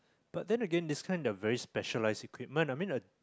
but then again this kind there're very specialized equipment I mean a